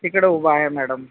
तिकडे उभा आहे मॅडम